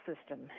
system